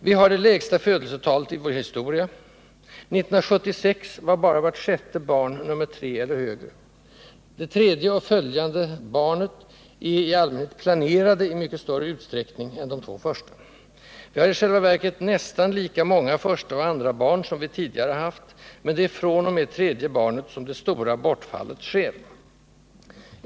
Vi har det lägsta födelsetalet i vår historia. 1976 var bara vart sjätte barn nr 3 eller högre. Det tredje barnet — liksom de följande — är i allmänhet ”planerat” i mycket större utsträckning än de två första. Vi har i själva verket nästan lika många första och andra barn som vi tidigare har haft, men det är fr.o.m. det tredje barnet som det stora bortfallet sker.